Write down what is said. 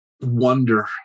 wonder